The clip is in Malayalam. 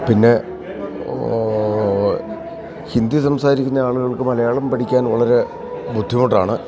പിന്നെ ഹിന്ദി സംസാരിക്കുന്ന ആളുകൾക്ക് മലയാളം പഠിക്കാൻ വളരെ ബുദ്ധിമുട്ടാണ്